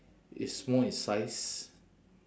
it's small in size